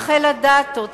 רחל אדטו,